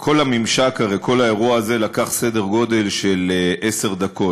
הרי כל האירוע הזה לקח סדר גודל של עשר דקות,